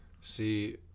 See